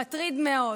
זה מטריד מאוד.